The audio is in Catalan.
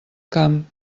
camp